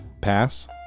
pass